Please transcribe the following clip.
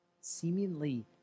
seemingly